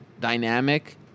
dynamic